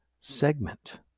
segment